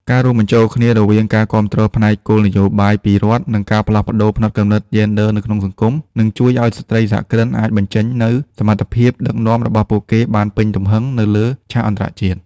ការរួមបញ្ចូលគ្នារវាងការគាំទ្រផ្នែកគោលនយោបាយពីរដ្ឋ និងការផ្លាស់ប្តូរផ្នត់គំនិតយេនឌ័រនៅក្នុងសង្គម នឹងជួយឱ្យស្ត្រីសហគ្រិនអាចបញ្ចេញនូវសមត្ថភាពដឹកនាំរបស់ពួកគេបានពេញទំហឹងនៅលើឆាកអន្តរជាតិ។